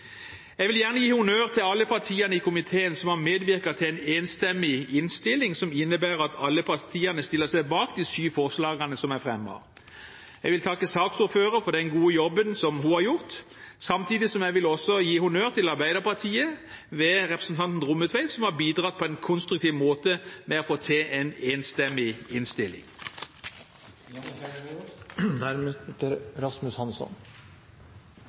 Jeg vil gjerne gi honnør til alle partiene i komiteen som har medvirket til en enstemmig innstilling, som innebærer at alle partiene stiller seg bak de sju forslagene som er fremmet. Jeg vil takke saksordføreren for den gode jobben hun har gjort, samtidig som jeg også vil gi honnør til Arbeiderpartiet, ved representanten Rommetveit, som har bidratt på en konstruktiv måte for å få til en enstemmig